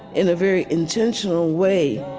in a very intentional way,